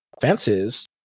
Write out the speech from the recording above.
fences